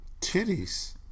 Titties